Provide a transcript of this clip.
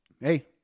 hey